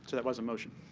that was a motion.